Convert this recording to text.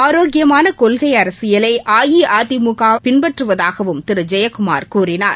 ஆரோக்கியமான கொள்கை அரசியலை அஇஅதிமுக பின்பற்றுவதாகவும் திரு ஜெயக்குமார் கூறினார்